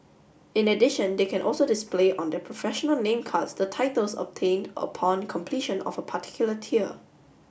in addition they can also display on their professional name cards the titles obtained upon completion of a particular tier